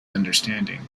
understanding